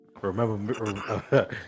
Remember